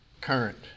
current